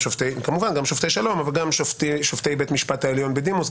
כמובן גם שופטי שלום אבל גם שופטי בית המשפט העליון בדימוס,